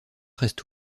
reste